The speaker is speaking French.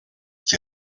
qui